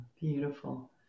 Beautiful